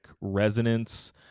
resonance